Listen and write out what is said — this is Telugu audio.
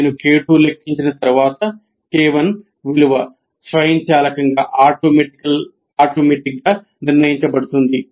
నేను K2 ను లెక్కించిన తర్వాత K1 స్వయంచాలకంగా నిర్ణయించబడుతుంది